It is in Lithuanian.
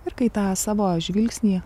ir kai tą savo žvilgsnį